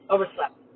Overslept